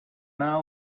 hour